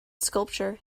sculpture